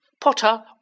Potter